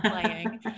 playing